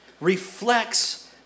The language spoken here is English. reflects